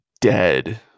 dead